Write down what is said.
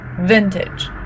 vintage